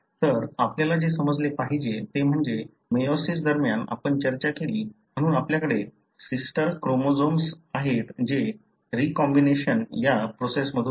तर आपल्याला जे समजले पाहिजे ते म्हणजे मेयोसिस दरम्यान आपण चर्चा केली म्हणून आपल्याकडे सिस्टर क्रोमेटिड्स आहेत जे रीकॉम्बिनेशन या प्रोसेस मधून जाते